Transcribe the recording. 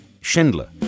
Schindler